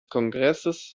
kongresses